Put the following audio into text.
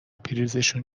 پریزشون